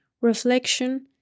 reflection